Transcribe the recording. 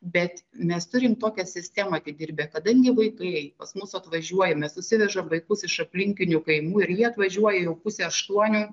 bet mes turim tokią sistemą atidirbę kadangi vaikai pas mus atvažiuoja mes susivežam vaikus iš aplinkinių kaimų ir jie atvažiuoja jau pusė aštuonių